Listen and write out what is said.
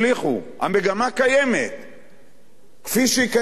המגמה קיימת כפי שהיא קיימת היום